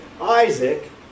Isaac